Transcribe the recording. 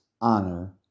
honor